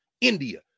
India